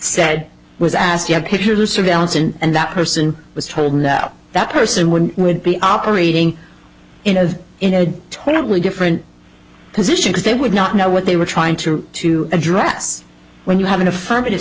said was asked you have pictures or surveillance and that person was told that that person would would be operating in a in a totally different position that they would not know what they were trying to to address when you have an affirmative